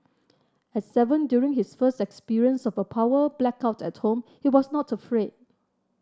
at seven during his first experience of a power blackout at home he was not afraid